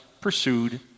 pursued